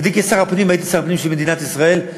הייתי שר הפנים של מדינת ישראל,